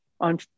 on